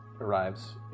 arrives